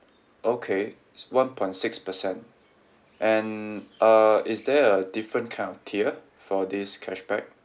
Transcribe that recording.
okay it's one point six percent and uh is there a different kind of tier for this cashback